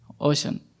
ocean